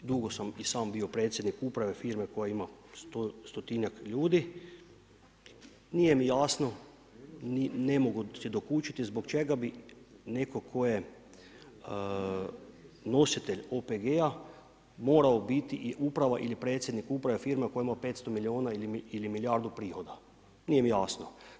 Dugo sam i sam bio predsjednik uprave firme koja ima stotinjak ljudi, nije mi jasno, ne mogu si dokučiti zbog čega bi neko tko je nositelj OPG-a morao biti ili uprava ili predsjednik uprave firma koja ima 500 milijuna ili milijardu prihoda, nije mi jasno.